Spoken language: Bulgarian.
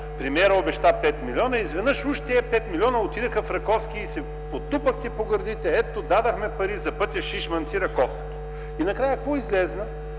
премиерът обеща 5 милиона и изведнъж уж тези 5 милиона отидоха в Раковски и се потупахте по гърдите: ето, дадохме пари за пътя Шишманци-Раковски. И накрая какво излезе?